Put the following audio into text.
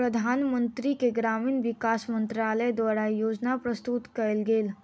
प्रधानमंत्री के ग्रामीण विकास मंत्रालय द्वारा योजना प्रस्तुत कएल गेल